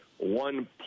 One